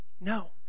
No